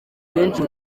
benshi